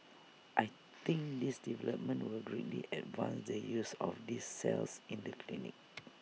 I think this development will greatly advance the use of these cells in the clinic